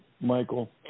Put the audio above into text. Michael